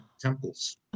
temples